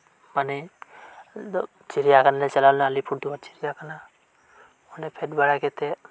ᱢᱟᱱᱮ ᱟᱫᱚ ᱪᱤᱨᱭᱟᱠᱷᱟᱱᱞᱮ ᱪᱟᱞᱣᱞᱮᱱᱟ ᱟᱞᱤᱯᱩᱨ ᱫᱩᱣᱟᱨ ᱪᱤᱨᱭᱟ ᱠᱷᱟᱱᱟ ᱚᱸᱰᱮ ᱯᱷᱮᱰ ᱵᱟᱲᱟ ᱠᱟᱛᱮᱜ